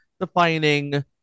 defining